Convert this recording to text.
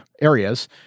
areas